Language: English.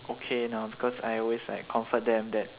okay now because I always like comfort them that